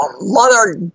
mother